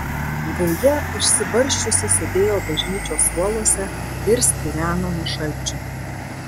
gauja išsibarsčiusi sėdėjo bažnyčios suoluose ir stireno nuo šalčio